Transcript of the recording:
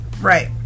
right